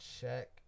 check